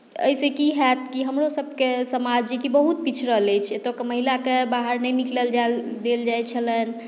एहिसँ की होयत कि हमरोसभके समाज जेकि बहुत पिछड़ल अछि एतयके महिलाकेँ बाहर नहि निकलल जाएल देल जाइत छलनि